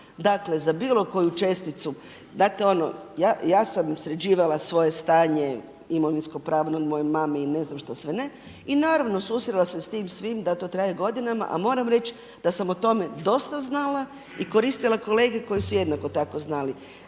Dakle, za bilo koju česticu znate ono, ja sam sređivala svoje stanje imovinskopravno od moje mame i ne znam što sve ne, i naravno susrela se s tim svim da to traje godinama, a moram reći da sam o tome dosta znala i koristila kolege koji su jednako tako znali.